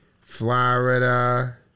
Florida